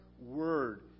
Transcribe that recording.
Word